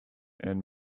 and